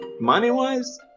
money-wise